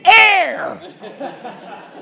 air